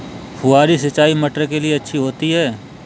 फुहारी सिंचाई मटर के लिए अच्छी होती है?